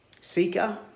Seeker